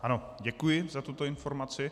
Ano, děkuji za tuto informaci.